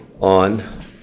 on